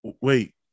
wait